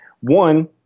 One